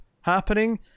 happening